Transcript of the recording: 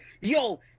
yo